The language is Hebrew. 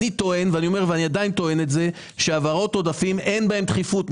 אני עדיין טוען שהעברות עודפים אין בהן דחיפות,